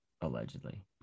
allegedly